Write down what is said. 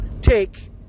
take